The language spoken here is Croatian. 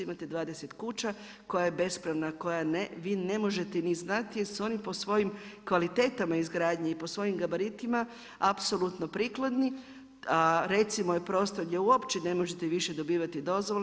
Imate 20 kuća koja je bespravna, kojoj vi ne možete ni znati jer su oni po svojim kvalitetama izgradnje i po svojim gabaritima apsolutno prikladni, a recimo je prostor gdje uopće ne možete više dobivati dozvole.